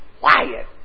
quiet